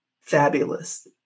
fabulous